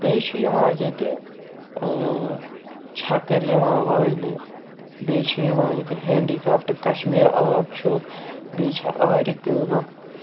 بیٚیہِ چھُ یِوان ییٚتہِ چھَکٕر یِوان واینہٕ بیٚیہِ چھُ یِوان ییٚتہِ ہنٛڈیکرٛافٹ کَشمیٖر آٹ چھُ بیٚیہِ چھےٚ آرِ کٲم